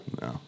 No